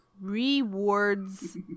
rewards